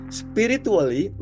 spiritually